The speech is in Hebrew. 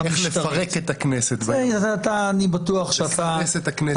איך לפרק את הכנסת, לסרס את הכנסת.